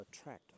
attract